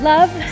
Love